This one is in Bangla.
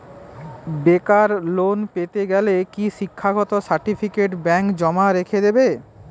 বেকার লোন পেতে গেলে কি শিক্ষাগত সার্টিফিকেট ব্যাঙ্ক জমা রেখে দেবে?